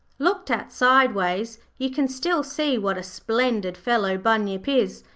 looked at sideways you can still see what a splendid fellow bunyip is,